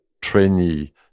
trainee